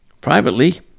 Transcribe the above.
Privately